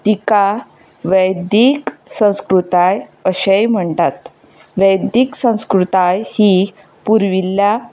तिका वेदीक संस्कृताय अशेंय म्हणटात वेदीक संस्कृताय ही पुर्विल्ल्या